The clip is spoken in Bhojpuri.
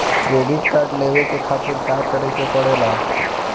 क्रेडिट कार्ड लेवे के खातिर का करेके पड़ेला?